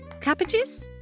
Cabbages